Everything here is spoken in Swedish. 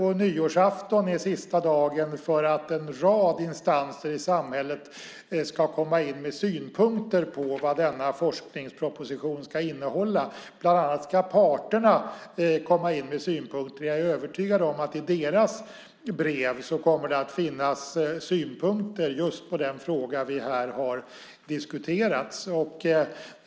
Nyårsafton är sista dagen för en rad instanser i samhället att komma in med synpunkter på vad denna forskningsproposition ska innehålla. Bland annat ska parterna komma in med synpunkter. Jag är övertygad om att i deras brev kommer det att finnas synpunkter på just den fråga vi här har diskuterat.